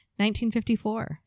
1954